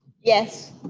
yes.